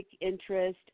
interest